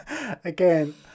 Again